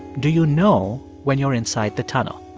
do you know when you're inside the tunnel?